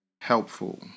helpful